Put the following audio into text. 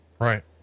Right